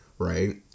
Right